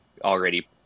already